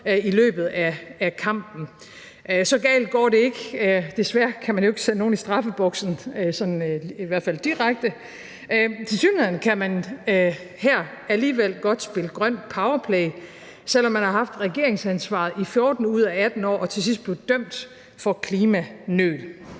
i løbet af kampen. Så galt går det ikke. Desværre kan man jo ikke sende nogen i straffeboksen. Tilsyneladende kan man her alligevel godt spille grønt powerplay, selv om man har haft regeringsansvaret i 14 ud af 18 år og til sidst blev dømt for klimanøl.